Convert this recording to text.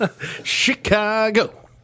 Chicago